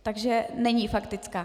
Takže není faktická?